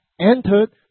entered